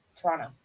toronto